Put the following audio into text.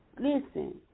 listen